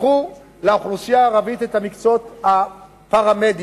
פתחו לאוכלוסייה הערבית את המקצועות הפארה-מדיים,